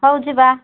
ହଉ ଯିବା